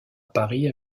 paris